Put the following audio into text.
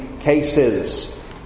cases